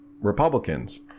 republicans